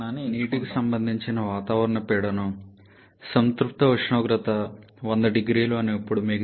నీటికి సంబంధించిన వాతావరణ పీడనం సంతృప్త ఉష్ణోగ్రత 100 0C అని ఇప్పుడు మీకు తెలుసు